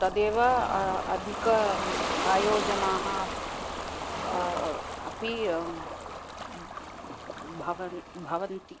तदेव अधिकम् आयोजनाः अपि भवन् भवन्ति